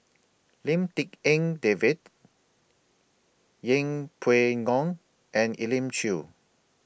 Lim Tik En David Yeng Pway Ngon and Elim Chew